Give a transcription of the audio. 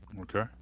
Okay